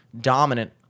dominant